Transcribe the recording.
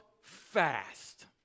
fast